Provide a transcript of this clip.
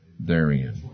Therein